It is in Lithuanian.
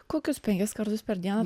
kokius penkis kartus per dieną